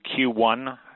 Q1